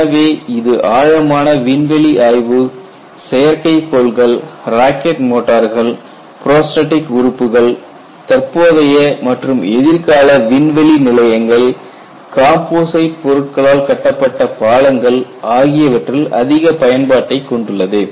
எனவே இது ஆழமான விண்வெளி ஆய்வு செயற்கைக்கோள்கள் ராக்கெட் மோட்டார்கள் புரோஸ்டெடிக் உறுப்புகள் தற்போதைய மற்றும் எதிர்கால விண்வெளி நிலையங்கள் காம்போசைட் பொருட்களால் கட்டப்பட்ட பாலங்கள் ஆகியவற்றில் அதிக பயன்பாட்டைக் கொண்டுள்ளது